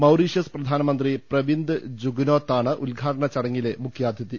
Mauritius പ്രധാനമന്ത്രി Pravind ജുഗ്നോത്താണ് ഉദ്ഘാ ടന ചടങ്ങിലെ മുഖ്യാതിഥി